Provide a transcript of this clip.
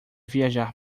viajar